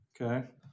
Okay